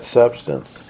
substance